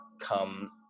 come